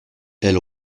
elle